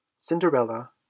Cinderella